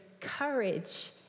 courage